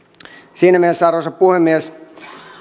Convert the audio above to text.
siinä mielessä arvoisa puhemies